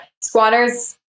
squatters